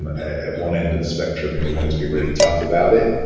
at one end of the spectrum if you wanted to be really tough about it,